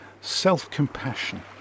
self-compassion